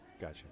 gotcha